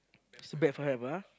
is bad for health ah